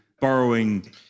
borrowing